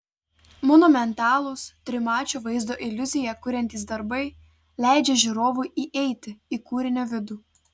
monumentalūs trimačio vaizdo iliuziją kuriantys darbai leidžia žiūrovui įeiti į kūrinio vidų